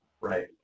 Right